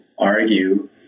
argue